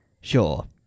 Sure